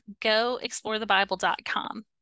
goexplorethebible.com